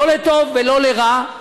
לא לטוב ולא לרע.